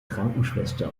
krankenschwester